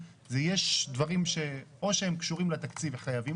יש דברים או שהם קשורים לתקציב וחייבים